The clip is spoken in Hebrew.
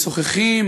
משוחחים,